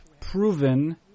proven